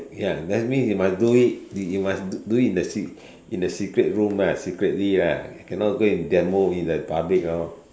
ya that means you must do it you you must do it in the in the se~ secret room lah secretly lah cannot go and demo in the public lor